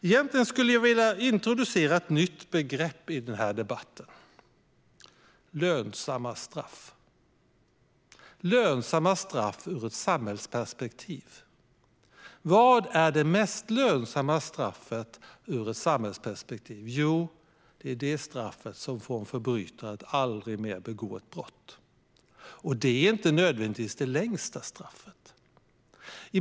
Jag skulle vilja introducera ett nytt begrepp i debatten: lönsamma straff ur ett samhällsperspektiv. Vilket är det mest lönsamma straffet ur ett samhällsperspektiv? Jo, det är det straffet som får förbrytare att aldrig mer begå brott. Det är inte nödvändigtvis det längsta straffet.